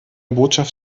botschaft